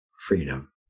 freedom